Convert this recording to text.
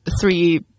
three